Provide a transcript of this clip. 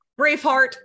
Braveheart